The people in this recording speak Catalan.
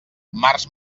març